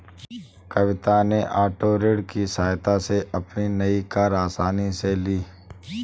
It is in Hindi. कविता ने ओटो ऋण की सहायता से अपनी नई कार आसानी से ली